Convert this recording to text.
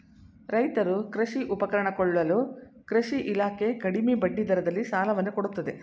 ರೈತರು ಕೃಷಿ ಉಪಕರಣ ಕೊಳ್ಳಲು ಕೃಷಿ ಇಲಾಖೆ ಕಡಿಮೆ ಬಡ್ಡಿ ದರದಲ್ಲಿ ಸಾಲವನ್ನು ಕೊಡುತ್ತದೆ